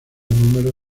números